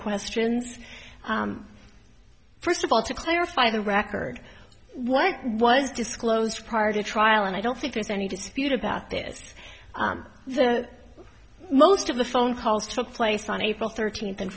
questions first of all to clarify the record what was disclosed prior to trial and i don't think there's any dispute about this that most of the phone calls took place on april thirteenth and